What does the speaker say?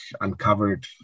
uncovered